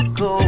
go